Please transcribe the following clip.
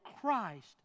Christ